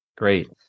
Great